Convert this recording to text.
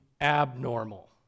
abnormal